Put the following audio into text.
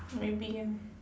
maybe ya